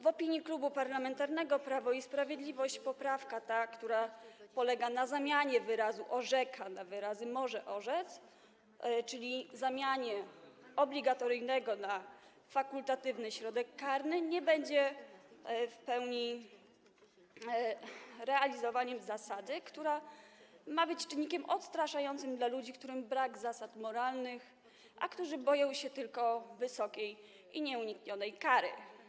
W opinii Klubu Parlamentarnego Prawo i Sprawiedliwość poprawka ta, która polega na zastąpieniu wyrazu „orzeka” wyrazami „może orzec”, czyli zamianie obligatoryjnego środka karnego na fakultatywny, nie umożliwi w pełni realizowania zasady, która ma być czynnikiem odstraszającym dla ludzi, którym brak zasad moralnych, a którzy boją się tylko wysokiej i nieuniknionej kary.